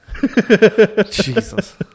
jesus